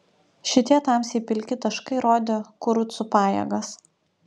šitie tamsiai pilki taškai rodė kurucų pajėgas